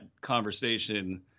conversation